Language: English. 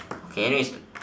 okay anyways